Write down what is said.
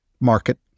market